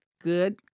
good